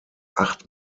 acht